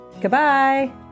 Goodbye